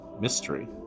mystery